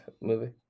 movie